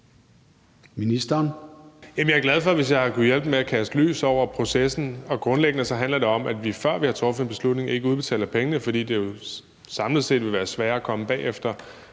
jeg er glad for, hvis jeg har kunnet hjælpe med at kaste lys over processen. Grundlæggende handler det om, at vi, før vi har truffet en beslutning, ikke udbetaler pengene, fordi det jo samlet set vil være sværere at komme bagefter